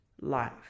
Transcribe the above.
life